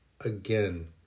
again